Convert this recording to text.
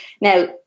now